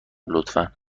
لطفا